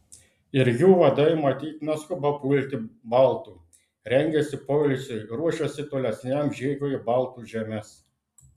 ir jų vadai matyt neskuba pulti baltų rengiasi poilsiui ruošiasi tolesniam žygiui į baltų žemes